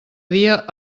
dia